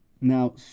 Now